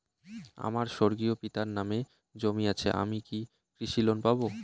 আমার স্বর্গীয় পিতার নামে জমি আছে আমি কি কৃষি লোন পাব?